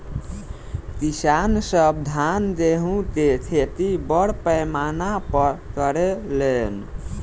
किसान सब धान गेहूं के खेती बड़ पैमाना पर करे लेन